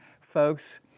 folks